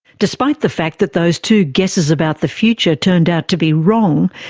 despite the fact that those two guesses about the future turned out to be wrong,